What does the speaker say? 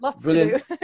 brilliant